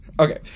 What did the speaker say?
Okay